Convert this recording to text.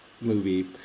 movie